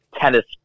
tennis